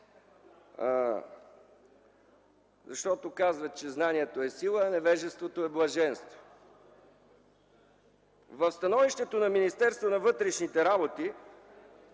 защото казват, че знанието е сила, а невежеството е блаженство. В становището на Министерството на вътрешните работи